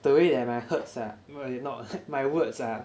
the way that my herds~ ah no ah they not my words ah